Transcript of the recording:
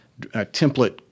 template